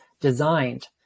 designed